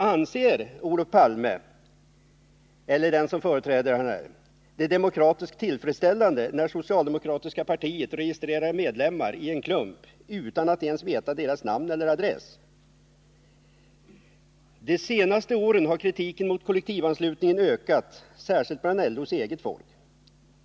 Anser Olof Palme — eller den som företräder partiet — det demokratiskt tillfredsställande, när socialdemokratiska partiet registrerar medlemmar i klump — utan att ens veta deras namn eller adress? De senaste åren har kritiken mot kollektivanslutningen ökat särskilt bland LO:s folk.